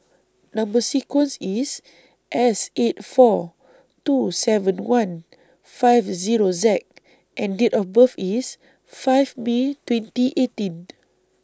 Number sequence IS S eight four two seven one five Zero Z and Date of birth IS five May twenty eighteen